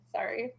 Sorry